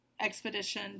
expedition